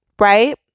right